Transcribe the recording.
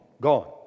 gone